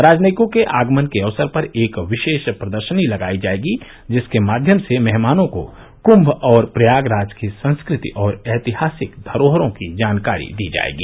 राजनयिकों के आगमन के अवसर पर एक विशेष प्रदर्शनी लगायी जायेगी जिसके माध्यम से मेहमानों को कुम्भ और प्रयागराज की संस्कृति और ऐतिहासिक धरोहरों की जानकारी दी जायेगी